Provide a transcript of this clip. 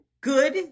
good